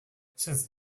since